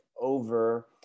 over